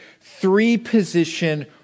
three-position